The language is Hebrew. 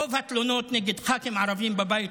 שרוב התלונות נגד ח"כים ערבים בבית